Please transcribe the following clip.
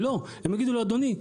אלא הם יגידו לו: "אדוני,